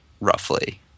roughly